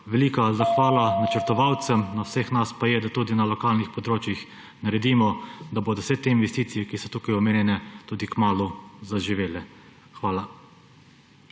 velika zahvala načrtovalcem. Na vseh nas pa je, da tudi na lokalnih področjih naredimo, da bodo vse te investicije, ki so tukaj omenjene, kmalu zaživele. Hvala.